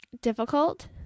difficult